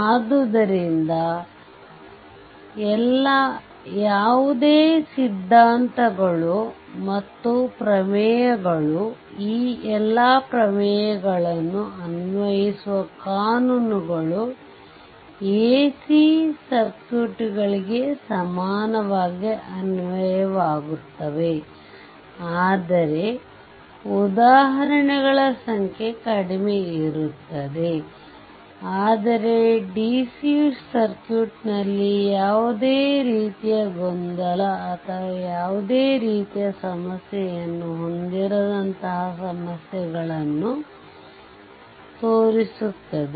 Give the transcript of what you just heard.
ಆದ್ದರಿಂದಎಲ್ಲಾ ಯಾವುದೇ ಸಿದ್ಧಾಂತಗಳು ಮತ್ತು ಪ್ರಮೇಯಗಳು ಈ ಎಲ್ಲಾ ಪ್ರಮೇಯಗಳನ್ನು ಅನ್ವಯಿಸುವ ಕಾನೂನುಗಳು ಎಸಿ ಸರ್ಕ್ಯೂಟ್ಗಳಿಗೆ ಸಮಾನವಾಗಿ ಅನ್ವಯವಾಗುತ್ತವೆ ಆದರೆ ಉದಾಹರಣೆಗಳ ಸಂಖ್ಯೆ ಕಡಿಮೆ ಇರುತ್ತದೆ ಆದರೆ ಡಿಸಿ ಸರ್ಕ್ಯೂಟ್ನಲ್ಲಿ ಯಾವುದೇ ರೀತಿಯ ಗೊಂದಲ ಅಥವಾ ಯಾವುದೇ ರೀತಿಯ ಸಮಸ್ಯೆಯನ್ನು ಹೊಂದಿರದಂತಹ ಸಮಸ್ಯೆಗಳನ್ನು ತೋರಿಸುತ್ತದೆ